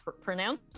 pronounce